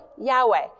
Yahweh